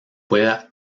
pueda